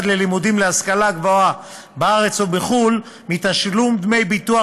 לימודים להשכלה גבוהה בארץ או בחו"ל מתשלום דמי ביטוח